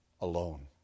alone